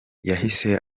yahise